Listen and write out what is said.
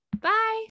Bye